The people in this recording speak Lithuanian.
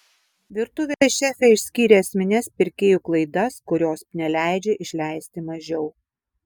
virtuvės šefė išskyrė esmines pirkėjų klaidas kurios neleidžia išleisti mažiau